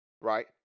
right